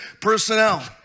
personnel